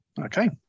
okay